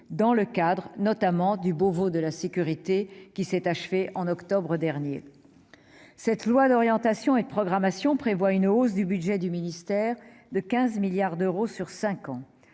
dans le cadre, notamment, du Beauvau de la Sécurité, qui s'est achevé au mois d'octobre dernier. Ce projet de loi d'orientation et de programmation prévoit une hausse du budget du ministère de 15 milliards d'euros sur cinq ans.